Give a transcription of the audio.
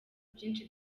byinshi